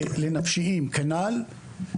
לנפשיים כנ"ל.